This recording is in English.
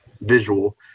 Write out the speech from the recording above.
visual